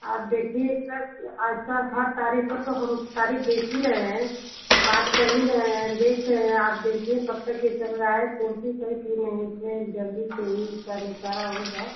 आप देखिए ऐसा है तारीख के तो हम तारीख देख हीं रहे हैं बात कर हीं रहे हैं देख रहे हैं आप देखिए कब तक ये चल रहा है कोशिश है कि नहीं इसमें जल्दी से इसका निपटारा हो जाए